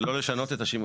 ולא לשנות את השימוש.